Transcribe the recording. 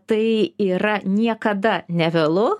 tai yra niekada nevėlu